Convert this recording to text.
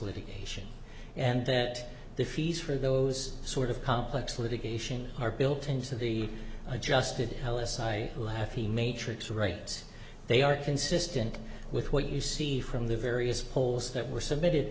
litigation and that the fees for those sort of complex litigation are built into the adjusted alice i will have the matrix rights they are consistent with what you see from the various polls that were submitted